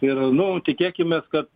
ir nu tikėkimės kad